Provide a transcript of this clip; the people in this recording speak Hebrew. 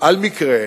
על מקרה